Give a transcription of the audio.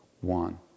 one